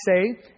say